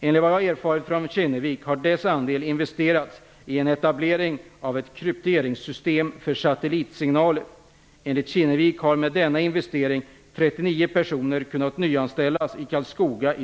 Enligt vad jag erfarit från Kinnevik har dess andel investerats i en etablering av ett krypteringssystem för satellitsignaler. Enligt Kinnevik har med denna investering 39 personer kunnat nyanställas i